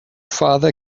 father